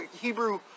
Hebrew